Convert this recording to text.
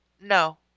No